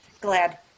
glad